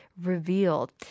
revealed